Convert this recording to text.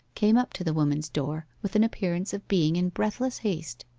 came up to the woman's door, with an appearance of being in breathless haste.